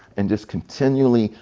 and just continually,